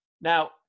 Now